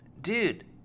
dude